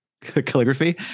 calligraphy